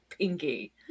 pinky